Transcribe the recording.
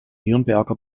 nürnberger